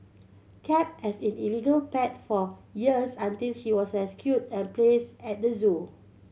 kept as in illegal pet for years until she was rescued and placed at the zoo